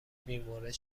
بیمورد